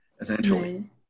essentially